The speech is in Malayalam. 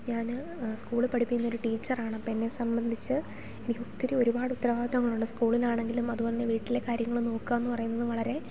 ഞാൻ സ്കൂളിൽ പഠിപ്പിക്കുന്ന ഒരു ടീച്ചറാണ് അപ്പം എന്നെ സംബന്ധിച്ചു എനിക്ക് ഒത്തിരി ഒരുപാട് ഉത്തരവാദിത്തങ്ങൾ ഉണ്ട് സ്കൂളിൽ ആണെങ്കിലും അതുപോലെ തന്നെ വീട്ടിലെ കാര്യങ്ങൾ നോക്കാമെന്ന് പറയുന്നത് വളരെ